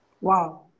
Wow